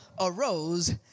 arose